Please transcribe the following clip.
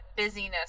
busyness